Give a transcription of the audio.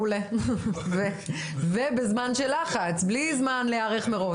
מעולה, ובזמן של לחץ, בלי זמן להיערך מראש.